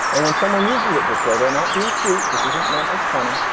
and when someone uses it this way, they're not being cute. this isn't meant as funny.